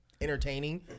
entertaining